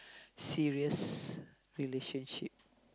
serious relationship